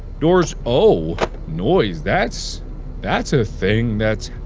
doors. oh noise? that's that's a thing, that's.